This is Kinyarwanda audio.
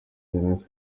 jeannette